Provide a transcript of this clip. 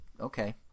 okay